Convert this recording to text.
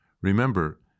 Remember